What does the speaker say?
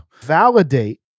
validate